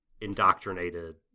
indoctrinated